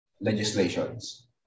legislations